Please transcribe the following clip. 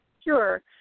Sure